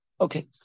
Okay